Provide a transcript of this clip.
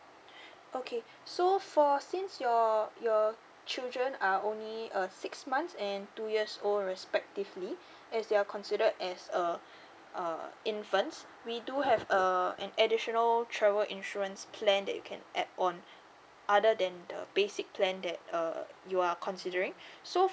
okay so for since your your children are only a six months and two years old respectively as you are considered as a uh infants we do have uh an additional travel insurance plan that you can add on other than the basic plan that err you are considering so